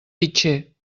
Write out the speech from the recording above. pitxer